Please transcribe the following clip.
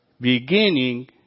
beginning